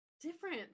different